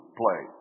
play